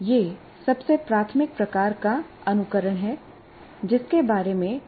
यह सबसे प्राथमिक प्रकार का अनुकरण है जिसके बारे में हम सोच सकते हैं